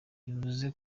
bivuze